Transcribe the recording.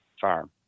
farm